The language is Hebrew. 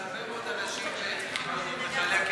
והרבה מאוד אנשים צריכים להודות לך עליה,